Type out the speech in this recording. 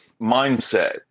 mindset